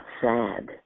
sad